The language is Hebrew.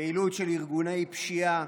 פעילות של ארגוני פשיעה,